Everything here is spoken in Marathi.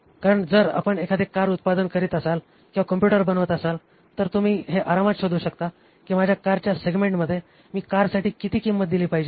कारण जर आपण एखादे कार उत्पादन करीत असाल किंवा कॉम्प्यूटर बनवत असाल तर तुम्ही हे आरामात शोधू शकता की माझ्या कारच्या सेगमेंटमध्ये मी कारसाठी किती किंमत दिली पाहिजे